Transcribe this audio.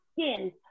skin